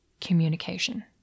communication